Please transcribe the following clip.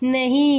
नहीं